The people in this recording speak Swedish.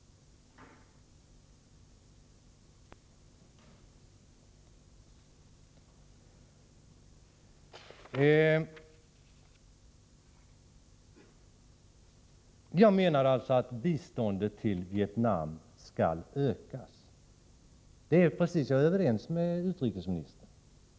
Jag menar alltså att biståndet till Vietnam skall ökas. Jag är överens med utrikesministern.